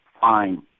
fine